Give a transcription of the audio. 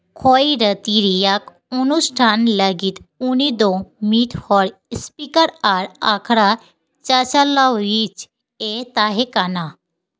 ᱠᱷᱚᱭᱨᱟᱛᱤ ᱨᱮᱭᱟᱜ ᱚᱱᱩᱥᱴᱷᱟᱱ ᱞᱟᱹᱜᱤᱫ ᱩᱱᱤ ᱫᱚ ᱢᱤᱫ ᱦᱚᱲ ᱤᱥᱯᱤᱠᱟᱨ ᱟᱨ ᱟᱠᱷᱲᱟ ᱪᱟᱪᱟᱞᱟᱣᱤᱡᱼᱮ ᱛᱟᱦᱮᱸᱠᱟᱱᱟ